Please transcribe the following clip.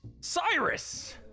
Cyrus